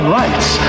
rights